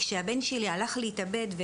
כשהבן שלי הלך להתאבד,